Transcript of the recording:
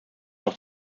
auch